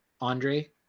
andre